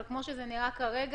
אבל כמו שזה נראה כרגע,